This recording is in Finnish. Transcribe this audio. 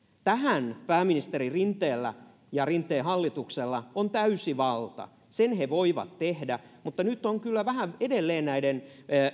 tähän pääministeri rinteellä ja rinteen hallituksella on täysi valta sen he voivat tehdä mutta nyt on kyllä vähän edelleen